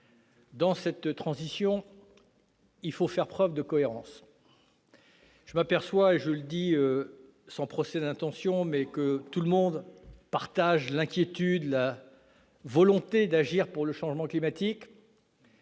les responsables, il faut faire preuve de cohérence. Je m'aperçois, je le dis sans procès d'intention, que, si tout le monde partage l'inquiétude et la volonté d'agir contre le changement climatique,